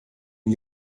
n’y